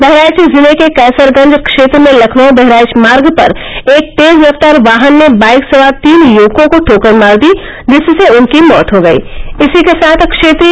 बहराइच जिले के कैसरगंज क्षेत्र में लखनऊ बहराइच मार्ग पर एक तेज रफ्तार वाहन ने बाईक सवार तीन युवकों को ठोकर मार दी जिससे उनकी मौत हो गयी